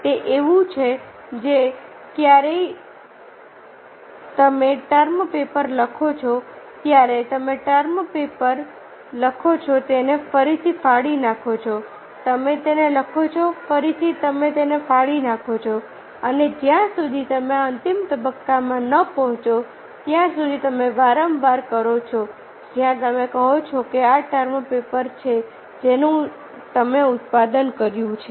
તે એવું જ છે કે જ્યારે તમે ટર્મ પેપર લખો છો ત્યારે તમે ટર્મ પેપર લખો છો તેને ફરીથી ફાડી નાખો છો તમે તેને લખો છો ફરીથી તમે તેને ફાડી નાખો છો અને જ્યાં સુધી તમે અંતિમ તબક્કામાં ન પહોંચો ત્યાં સુધી તમે વારંવાર કરો છો જ્યાં તમે કહો છો કે આ ટર્મ પેપર છે જેનું તમે ઉત્પાદન કર્યું છે